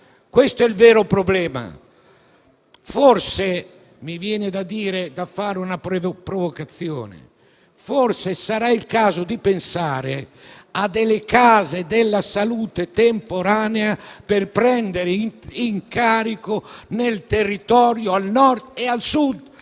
Questo è il vero problema. Forse mi viene da dire, per fare una provocazione, che sarà il caso di pensare a delle case della salute temporanee per prendere in carico nel territorio al Nord e al Sud